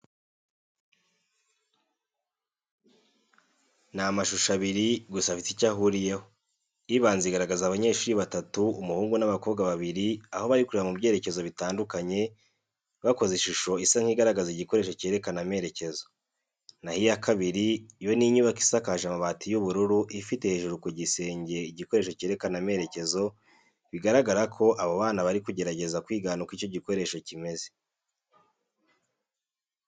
Ni amashusho abiri gusa afite icyo ahuriyeho. Ibanza igaragaza abanyeshuri batatu umuhungu n'abakobwa babiri, aho bari kureba mu byerekezo bitandukanye, bakoze ishusho isa nk'igaragaza igikoresho cyerekana amerekezo. Na ho iya kabiri yo ni inyubako isakaje amabati y'ubururu ifite hejuru ku gisenge igikoresho cyerekana amerekezo, bigaragara ko abo bana bari kugerageza kwigana uko icyo gikoresho kimeze.